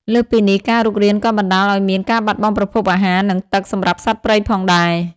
លើសពីនេះ ការរុករានក៏បណ្តាលឱ្យមាន ការបាត់បង់ប្រភពអាហារ និងទឹក សម្រាប់សត្វព្រៃផងដែរ។